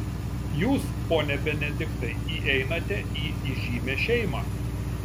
jūs pone benediktai įeinate į įžymią šeimą